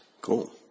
Cool